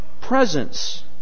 presence